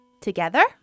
Together